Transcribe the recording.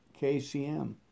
KCM